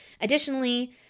Additionally